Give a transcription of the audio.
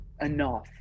enough